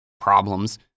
problems